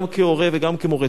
גם כהורה וגם כמורה,